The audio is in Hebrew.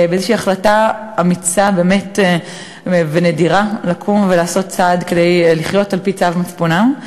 באיזו החלטה אמיצה ונדירה לקום ולעשות צעד כדי לחיות על-פי צו מצפונם,